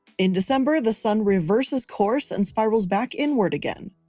in december, the sun reverses course and spirals back inward again.